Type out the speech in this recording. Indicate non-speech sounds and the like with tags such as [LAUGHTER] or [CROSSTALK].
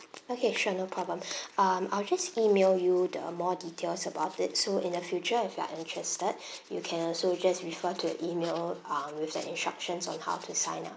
okay sure no problem um I'll just email you the more details about it so in the future if you are interested [BREATH] you can also just refer to the email um with the instructions on how to sign up